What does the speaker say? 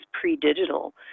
pre-digital